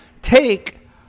take